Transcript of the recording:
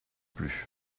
plus